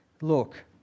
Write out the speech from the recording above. look